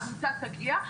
עמותה תגיע,